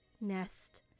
nest